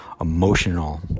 emotional